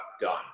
done